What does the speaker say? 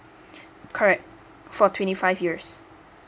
correct for twenty five years